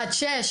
בה"ד 6,